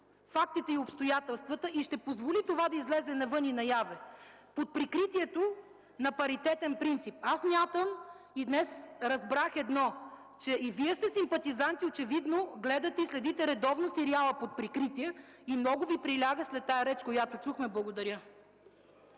фактите и обстоятелствата и ще позволи това да излезе навън и наяве под прикритието на паритетен принцип? Аз смятам и днес разбрах едно – че и Вие сте симпатизант и гледате и следите редовно сериала „Под прикритие”. Много Ви приляга след тази реч, която чухме. Благодаря.